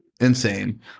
insane